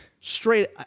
straight